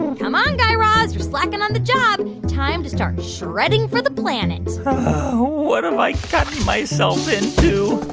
and come on, guy raz. you're slacking on the job. time to start shredding for the planet what have i gotten myself into?